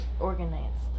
organized